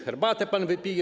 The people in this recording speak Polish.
Herbatę pan wypije.